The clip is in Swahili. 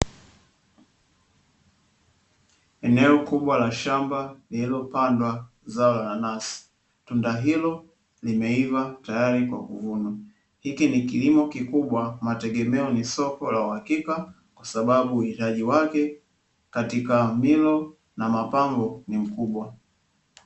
Eneo kubwa la shamba lililopandwa zao la nanasi. Tunda hilo limeiva tayari kwa kuvunwa. Hiki ni kilimo kikubwa mategemeo ni soko la uhakika kwa sababu uhitaji wake katika milo na mapambo ni mkubwa.